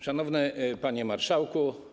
Szanowny Panie Marszałku!